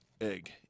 egg